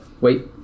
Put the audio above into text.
Wait